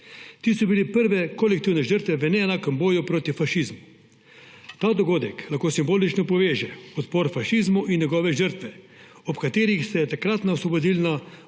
Ti so bili prve kolektivne žrtve v neenakem boju proti fašizmu. Ta dogodek lahko simbolično poveže odpor proti fašizmu in njegove žrtve, ob katerih se je takratna svobodoljubna